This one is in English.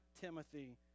Timothy